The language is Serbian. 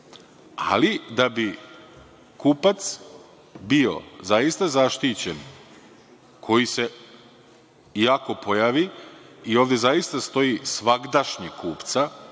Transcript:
ali da bi kupac bio zaista zaštićen, koji se iako pojavi i ovde zaista stoji „svagdašnjeg kupca“